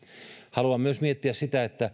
haluan myös miettiä sitä